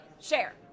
share